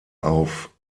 auf